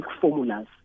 formulas